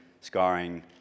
scarring